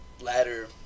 ladder